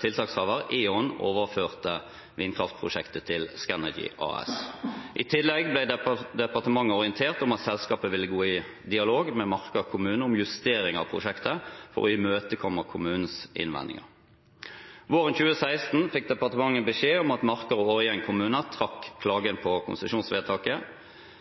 tiltakshaver E.ON overførte vindkraftprosjektet til Scanergy AS. I tillegg ble departementet orientert om at selskapet ville gå i dialog med Marker kommune om justering av prosjektet og imøtekomme kommunens innvendinger. Våren 2016 fikk departementet beskjed om at Marker og Årjäng kommuner trakk